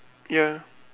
ya